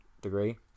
degree